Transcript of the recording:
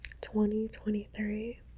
2023